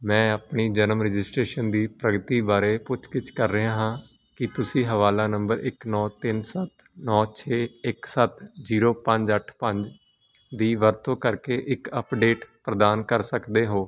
ਮੈਂ ਆਪਣੀ ਜਨਮ ਰਜਿਸਟ੍ਰੇਸ਼ਨ ਦੀ ਪ੍ਰਗਤੀ ਬਾਰੇ ਪੁੱਛਗਿੱਛ ਕਰ ਰਿਹਾ ਹਾਂ ਕੀ ਤੁਸੀਂ ਹਵਾਲਾ ਨੰਬਰ ਇੱਕ ਨੌ ਤਿੰਨ ਸੱਤ ਨੌ ਛੇ ਇੱਕ ਸੱਤ ਜੀਰੋ ਪੰਜ ਅੱਠ ਪੰਜ ਦੀ ਵਰਤੋਂ ਕਰਕੇ ਇੱਕ ਅੱਪਡੇਟ ਪ੍ਰਦਾਨ ਕਰ ਸਕਦੇ ਹੋ